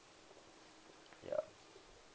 ya